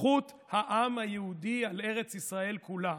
זכות העם היהודי על ארץ ישראל כולה,